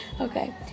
okay